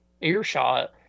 earshot